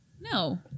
No